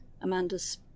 Amanda's